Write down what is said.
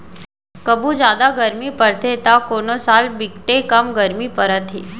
कभू जादा गरमी परथे त कोनो साल बिकटे कम गरमी परत हे